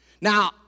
Now